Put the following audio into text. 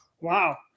Wow